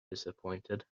disappointed